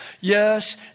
Yes